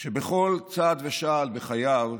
שבכל צעד ושעל בחייו,